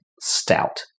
stout